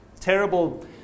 terrible